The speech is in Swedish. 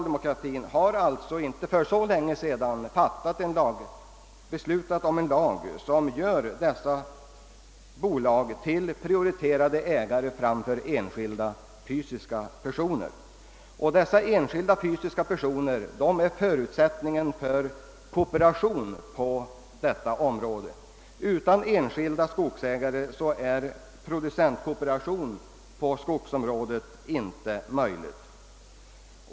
Det var inte länge sedan socialdemokraterna röstade för en lag som gör bolagen till prioriterade ägare framför enskilda, fysiska personer. Dessa enskilda personer är ju en förutsättning för kooperationen på detta område. Utan enskilda skogsägare är producentkooperation på skogsområdet inte möjlig.